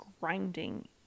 grinding